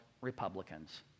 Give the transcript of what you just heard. Republicans